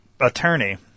attorney